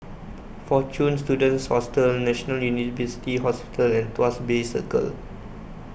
Fortune Students Hostel National University Hospital and Tuas Bay Circle